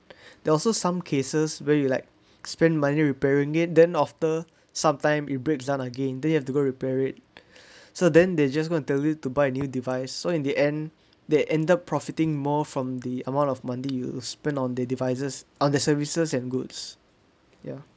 there are also some cases where you like spend money repairing it then after some time it breaks down again then you have to go repair it so then they just go and tell you to buy a new device so in the end they ended profiting more from the amount of money you spent on that devices on the services and goods ya